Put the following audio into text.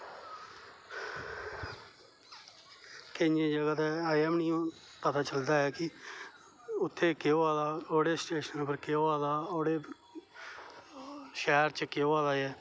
केंइयें जगह ते अजें बी पता नेईं चलदा ऐ कि उत्थै केह् होआ दा थुआढ़े स्टेशन उप्पर केह् होआ दा ओकड़े उप्पर केह् होआ दा शैहर च केह् होआ दा ऐ